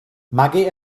maggie